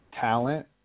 talent